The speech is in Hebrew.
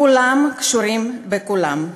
כולם קשורים בכולם.